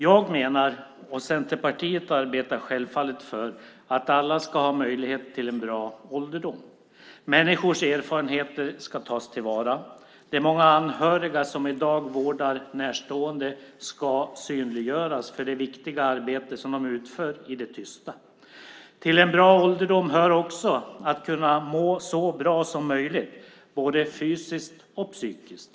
Jag menar att alla ska ha möjlighet till en bra ålderdom, och Centerpartiet arbetar självfallet för detta. Människors erfarenheter ska tas till vara. De många anhöriga som i dag vårdar närstående ska synliggöras för det viktiga arbete som de utför i det tysta. Till en bra ålderdom hör också att kunna må så bra som möjligt både fysiskt och psykiskt.